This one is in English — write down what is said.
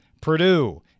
Purdue